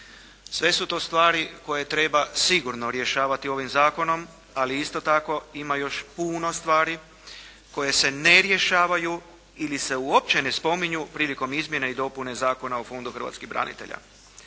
Sve su to stvari koje treba sigurno rješavati ovim zakonom, ali isto tako ima još puno stvari koje se ne rješavaju ili se uopće ne spominju prilikom izmjene i dopune Zakona o Fondu